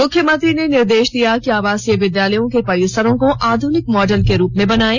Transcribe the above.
मुख्यमंत्री ने निर्देश दिया कि आवासीय विद्यालयों के परिसरों को आध्निक मॉडल के अनुरूप बनाएं